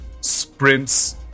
sprints